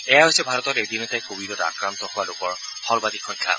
এয়াই হৈছে ভাৰতত এদিনতে কভিডত আক্ৰান্ত হোৱা লোকৰ সৰ্বাধিক সংখ্যা